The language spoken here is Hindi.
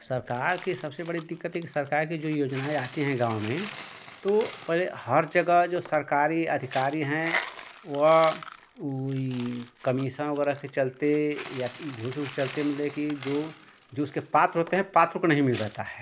सरकार की सबसे बड़ी दिक्कत ये है कि सरकार की जो योजनाएँ आती हैं गाँव में तो पहले हर जगह जो सरकारी अधिकारी हैं वह ऊ ई कमीसन वगैरह के चलते या घूस ऊस के चलते मतलब कि जो जो उसके पात्र होते हैं पात्र को नहीं मिल पाता है